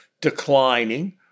declining